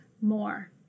more